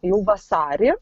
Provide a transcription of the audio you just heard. jau vasarį